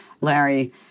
Larry